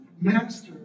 Master